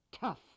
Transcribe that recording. tough